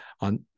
on